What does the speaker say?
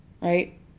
right